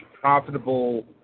profitable